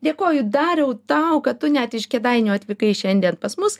dėkoju dariau tau kad tu net iš kėdainių atvykai šiandien pas mus